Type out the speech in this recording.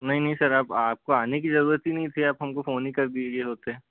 नहीं नहीं सर अब आपको आने की ज़रूअत ही नहीं थी आप हमको फोन ही कर दिये होते